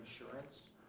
insurance